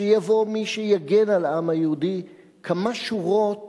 שיבוא מי שיגן על העם היהודי, כמה שורות